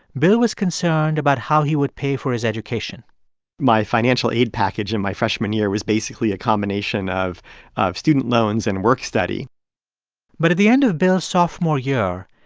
bill was concerned about how he would pay for his education my financial aid package in my freshman year was basically a combination of of student loans and work study but at the end of bill's sophomore year,